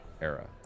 era